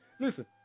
listen